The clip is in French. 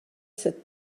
cette